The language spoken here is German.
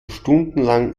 stundenlang